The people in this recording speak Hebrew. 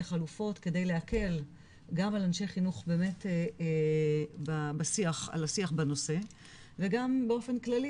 חלופות כדי להקל גם על אנשי חינוך באמת בשיח בנושא וגם באופן כללי,